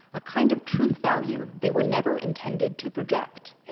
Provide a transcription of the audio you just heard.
a kind of truth value they were never intended to project.